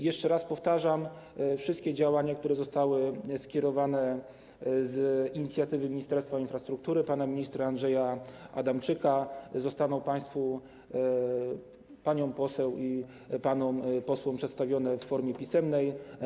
Jeszcze raz powtarzam, że wszystkie działania, które zostały skierowane z inicjatywy Ministerstwa Infrastruktury, pana ministra Andrzeja Adamczyka, zostaną państwu, paniom i panom posłom, przedstawione w formie pisemnej.